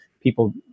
people